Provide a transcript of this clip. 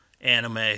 anime